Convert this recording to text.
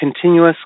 continuous